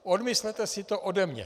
Odmyslete si to ode mě.